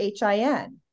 HIN